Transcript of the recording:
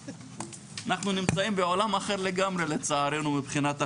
אנחנו נמצאים בעולם אחר לגמרי לצערנו מבחינת החינוך.